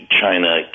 China